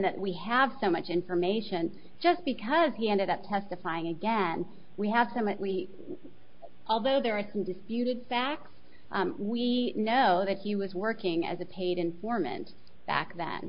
that we have so much information just because he ended up testifying against we have some and we although there are some disputed facts we know that he was working as a paid informant back th